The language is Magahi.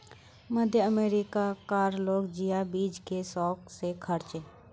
मध्य अमेरिका कार लोग जिया बीज के शौक से खार्चे